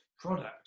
product